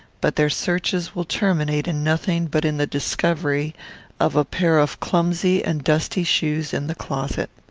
but their searches will terminate in nothing but in the discovery of a pair of clumsy and dusty shoes in the closet.